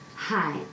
Hi